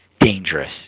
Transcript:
dangerous